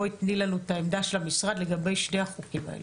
תני לנו את עמדת המשרד לגבי שתי הצעות החוק האלה.